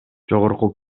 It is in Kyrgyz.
жогорку